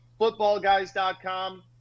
footballguys.com